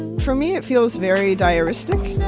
for me, it feels very diaristic